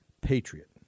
Patriot